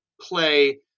play